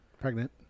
Pregnant